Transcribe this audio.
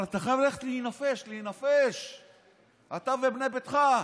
אבל אתה חייב ללכת להינפש, אתה ובני ביתך.